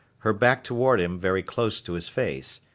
her back toward him very close to his face.